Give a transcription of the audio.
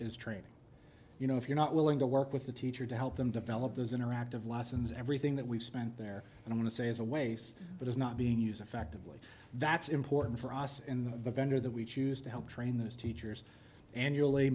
is training you know if you're not willing to work with a teacher to help them develop those interactive lessons everything that we've spent there and i want to say is a waste that is not being used effectively that's important for us in the vendor that we choose to help train those teachers an